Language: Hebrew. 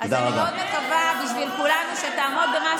אז אני מאוד מקווה בשביל כולנו שתעמוד במה